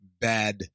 Bad